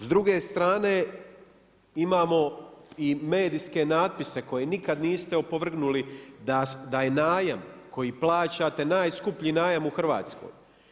S druge strane imamo i medijske natpise koje nikad niste opovrgnuli da je najam koji plaćate najskuplji najam u Hrvatskoj.